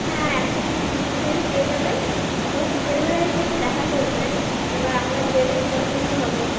হ্যাঁ একশো পিস নিতে চাইলে পেয়ে যাবেন তবে বিকেলবেলা এসে একটু দেখা করবেন এবার আপনার যেরকম পছন্দ হবে